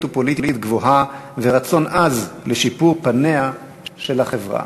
ופוליטית גבוהה ורצון עז לשיפור פניה של החברה.